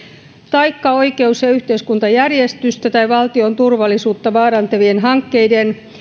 taikka oikeus ja yhteiskuntajärjestystä tai valtion turvallisuutta vaarantavien hankkeiden